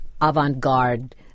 avant-garde